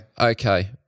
Okay